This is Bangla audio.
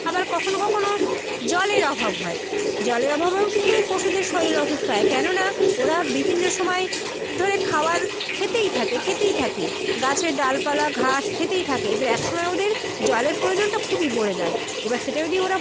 আবার কখনো কখনো জলের অভাব হয় জলের অভাবেও কিন্তু পশুদের শরীর অসুস্থ হয় কেননা ওরা বিভিন্ন সময় ধরে খাওয়ার খেতেই থাকে খেতেই থাকে গাছের ডালপালা ঘাস খেতেই থাকে এবার এক সময় ওদের জলের প্রয়োজনটা খুবই পড়ে যায় এবার সেটা যদি ওরা